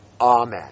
Amen